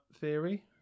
theory